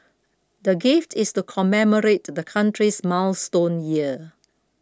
the gift is to commemorate the country's milestone year